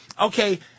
okay